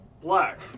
black